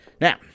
Now